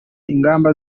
ingamba